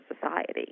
society